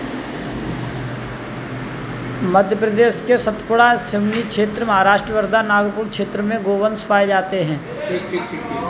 मध्य प्रदेश के सतपुड़ा, सिवनी क्षेत्र, महाराष्ट्र वर्धा, नागपुर क्षेत्र में गोवंश पाये जाते हैं